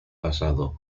pasado